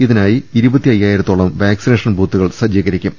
ഇതിനായി ഇരുപത്തി അയ്യായിരത്തോളം വാക്സിനേഷൻ ബൂത്തുകൾ സജ്ജീകരിക്കും